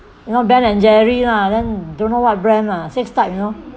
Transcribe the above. you know ben and jerry lah then don't know what brand lah six type you know